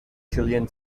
chilean